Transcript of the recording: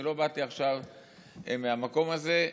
אני לא באתי עכשיו מהמקום הזה.